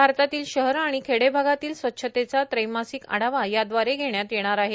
भारतातील शहर आणि खेडे भागातील स्वच्छतेचा त्रैमासिक आढावा याद्वारे घेण्यात येणार आहे